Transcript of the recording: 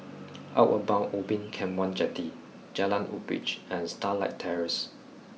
Outward Bound Ubin Camp one Jetty Jalan Woodbridge and Starlight Terrace